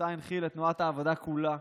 ושאותה הנחיל לתנועת העבודה כולה,